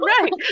Right